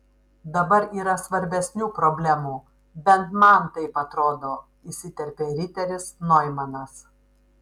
dabar yra svarbesnių problemų bent man taip atrodo įsiterpė riteris noimanas